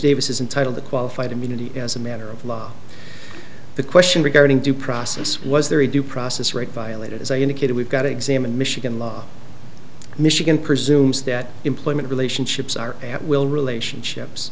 davis is entitled to qualified immunity as a matter of law the question regarding due process was there a due process right violated as i indicated we've got to examine michigan law michigan presumes that employment nation ships are at will relationships